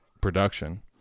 production